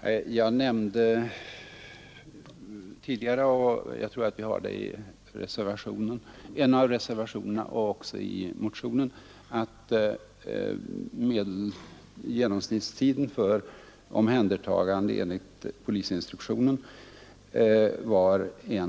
Herr talman! Jag nämnde tidigare — och det står i en av våra reservationer och i vår motion — att genomsnittstiden för omhändertagande enligt polisinstruktionen var 1